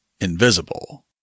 invisible